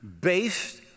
based